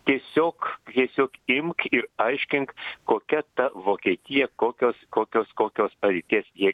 tiesiog tiesiog imk ir aiškink kokia ta vokietija kokios kokios kokios reikės jai